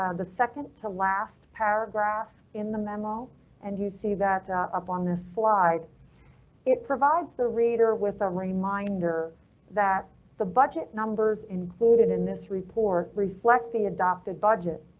the second to last paragraph in the memo and you see that up up on this slide it provides the reader with a reminder that the budget numbers included in this report reflect the adopted budget.